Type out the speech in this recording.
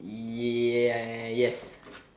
yes